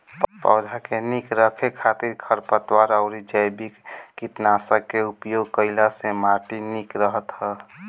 पौधा के निक रखे खातिर खरपतवार अउरी जैविक कीटनाशक के उपयोग कईला से माटी निक रहत ह